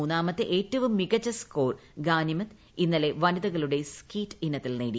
മൂന്നാമത്തെ ഏറ്റവും മികച്ച സ്കോർ ഗാനിമത് ഇന്നലെ വനിതകളുടെ സ്കീറ്റ് ഇനത്തിൽ നേടി